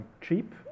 cheap